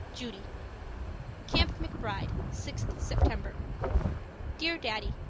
judy camp mcbride, sixth september dear daddy,